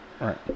Right